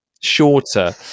shorter